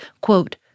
quote